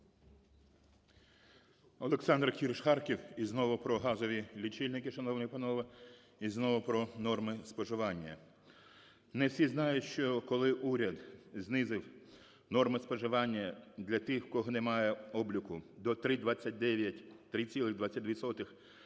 Олександр Кірш, Харків. І знову про газові лічильники, шановні панове, і знову про норми споживання. Не всі знають, що коли уряд знизив норми споживання для тих, у кого немає обліку, до 3,29… 3,22